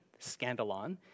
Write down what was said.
scandalon